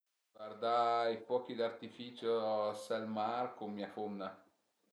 I fuochi d'artificio s'ël mar cun mia fumna